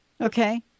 Okay